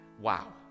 wow